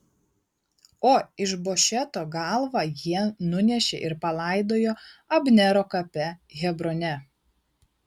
o išbošeto galvą jie nunešė ir palaidojo abnero kape hebrone